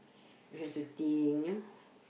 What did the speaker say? we have to think ah